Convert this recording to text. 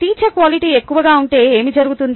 teacher quality ఎక్కువగా ఉంటే ఏమి జరుగుతుంది